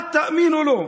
אל תאמינו לו.